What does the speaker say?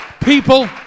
people